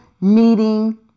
meeting